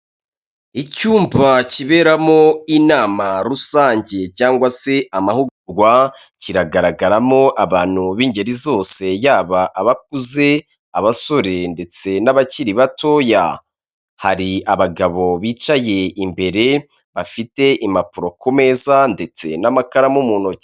Icyumba kiberamo inama rusange cyangwa se amahugurwa, kiragaragaramo abantu b'ingeri zose, yaba abakuze abasore ndetse n'abakiri batoya. Hari abagabo bicaye imbere, bafite impapuro ku meza ndetse n'amakaramu mu ntoki.